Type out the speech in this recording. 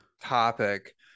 topic